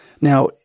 Now